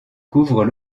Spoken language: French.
couvrent